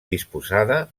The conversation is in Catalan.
disposada